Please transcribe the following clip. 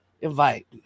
invite